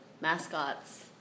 mascots